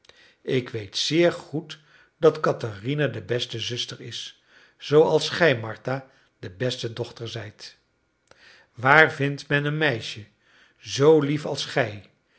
ik weet zeer goed dat katherina de beste zuster is zooals gij martha de beste dochter zijt waar vindt men een meisje zoo lief als gij